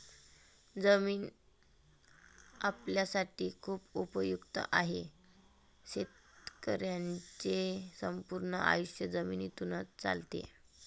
जमीन आपल्यासाठी खूप उपयुक्त आहे, शेतकऱ्यांचे संपूर्ण आयुष्य जमिनीतूनच चालते